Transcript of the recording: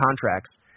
contracts